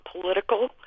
political